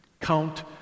count